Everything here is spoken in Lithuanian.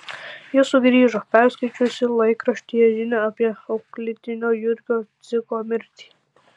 ji sugrįžo perskaičiusi laikraštyje žinią apie auklėtinio jurgio dziko mirtį